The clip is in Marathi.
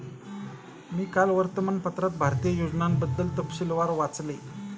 मी काल वर्तमानपत्रात भारतीय योजनांबद्दल तपशीलवार वाचले